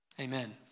Amen